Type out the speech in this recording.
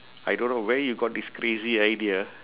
I don't know where you got this crazy idea